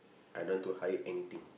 I don't want to hire anything